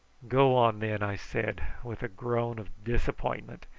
go on then, i said, with a groan of disappointment,